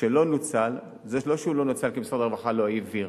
שלא נוצל, זה לא שהוא לא נוצל כי המשרד לא העביר.